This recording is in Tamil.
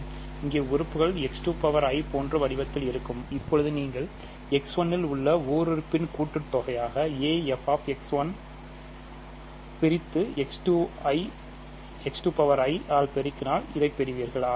இங்கே உறுப்புகள் x2i போன்று வடிவத்தில் இருக்கும் இப்போது நீங்கள் x 1 இல் உள்ள ஓருறுப்பின் கூட்டுத்தொகையாக a f பிரித்து x2i ஆல் பெருக்கினால் இதைப் பெறுவீர்கள்